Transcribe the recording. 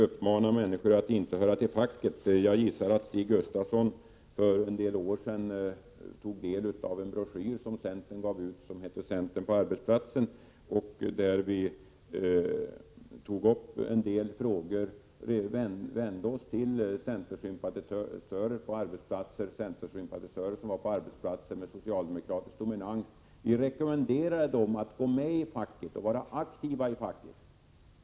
Uppmana människor att inte höra till facket, säger Stig Gustafsson. Jag gissar att Stig Gustafsson för en del år sedan tog del av en broschyr som centern gav ut och som hette Centern på arbetsplatsen. Där vände vi oss till centersympatisörer på arbetsplatser med socialdemokratisk dominans. Vi rekommenderade dem att gå med i facket och vara aktiva i facket.